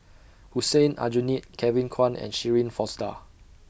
Hussein Aljunied Kevin Kwan and Shirin Fozdar